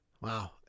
Wow